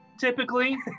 typically